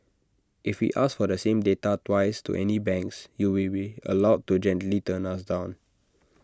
if we ask for the same data twice to any banks you will be allowed to gently turn us down